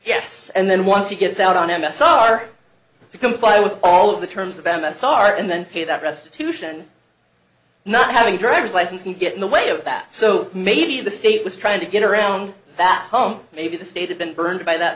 yes and then once he gets out on m s r to comply with all of the terms of m s r and then pay that restitution not having driver's license can get in the way of that so maybe the state was trying to get around that home maybe the state have been burned by that